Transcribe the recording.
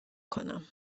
کنم